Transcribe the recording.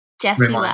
Jessie